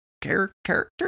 character